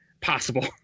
possible